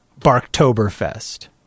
Barktoberfest